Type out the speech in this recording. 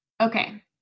Okay